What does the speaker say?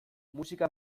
musika